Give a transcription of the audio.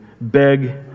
beg